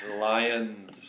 Lions